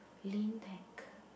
lean pack